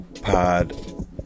pod